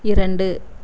இரண்டு